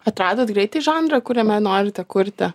atradot greitai žanrą kuriame norite kurti